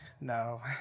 no